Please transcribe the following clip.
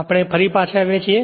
આપણે ફરી પાછા આવ્યા છીએ